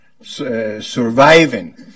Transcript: surviving